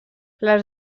les